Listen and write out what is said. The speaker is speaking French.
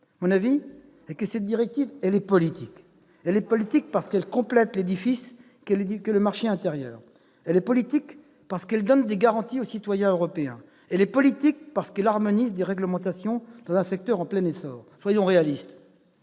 Mon avis est que cette directive est politique. Elle est politique, parce qu'elle complète l'édifice qu'est le marché intérieur. Elle est politique, parce qu'elle donne des garanties aux citoyens européens. Elle est politique, parce qu'elle harmonise des réglementations dans un secteur en plein essor. Soyons réalistes